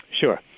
Sure